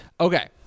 Okay